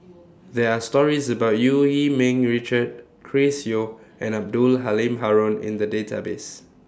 There Are stories about EU Yee Ming Richard Chris Yeo and Abdul Halim Haron in The Database